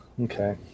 Okay